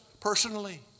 personally